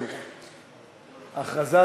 התרבות והספורט.